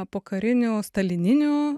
pokarinių stalininių